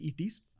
ETs